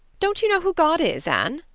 don't you know who god is, anne?